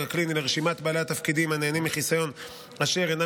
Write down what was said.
הקליני לרשימת בעלי התפקידים הנהנים מחיסיון אשר אינם